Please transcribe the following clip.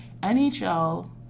NHL